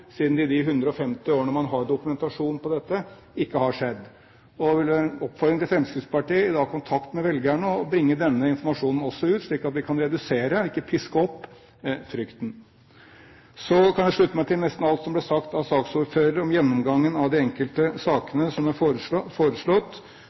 siden det i løpet av de 150 årene man har hatt dokumentasjon på dette, ikke har skjedd. Oppfordringen til Fremskrittspartiet er at de i kontakt med velgerne bringer også denne informasjonen ut, slik at vi kan redusere og ikke piske opp frykten. Så kan jeg slutte meg til nesten alt som ble sagt av saksordføreren om gjennomgangen av de enkelte